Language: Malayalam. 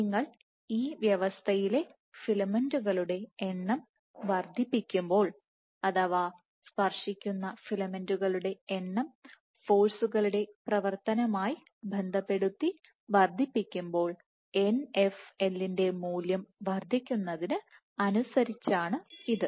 നിങ്ങൾ ഈ വ്യവസ്ഥയിലെ ഫിലമെന്റുകളുടെ എണ്ണം വർദ്ധിപ്പിക്കുമ്പോൾ അഥവാ സ്പർശിക്കുന്ന ഫിലമെന്റുകളുടെ എണ്ണം ഫോഴ്സുകളുടെ പ്രവർത്തനമായി ബന്ധപ്പെടുത്തി വർദ്ധിപ്പിക്കുമ്പോൾ Nfl ന്റെ മൂല്യം വർദ്ധിക്കുന്നതിന് അനുസരിച്ചാണ് ഇത്